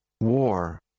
war